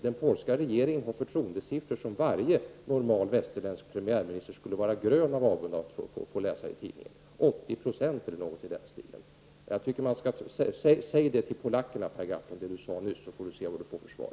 Den polska regeringen har förtroendesiffror som varje normal västerländsk premiärminister skulle vara grön av avund att få läsa i tidningen. Ca 80 26 av befolkningen har förtroende för den polska regeringen. Jag tycker att Per Gahrton skall säga till polackerna det som han sade här nyss. Då får han se vilket svar han får.